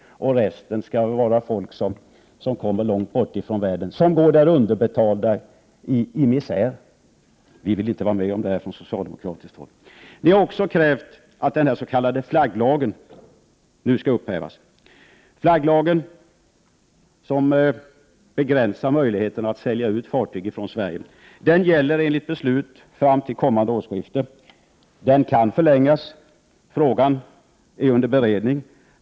Resten av besättningen skulle vara folk som kommer långt bortifrån och som går där underbetalda i misär. Vi vill inte vara med om detta från socialdemokratiskt håll. Ni har också krävt att den s.k. flagglagen nu skall upphävas. Flagglagen begränsar möjligheten att sälja ut fartyg ifrån Sverige. Den gäller enligt beslut fram till kommande årsskifte. Den kan förlängas. Frågan är under beredning.